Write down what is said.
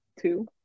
two